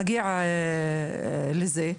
נגיע לזה,